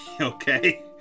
okay